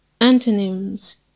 Antonyms